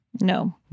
no